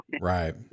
Right